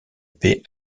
paix